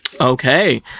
Okay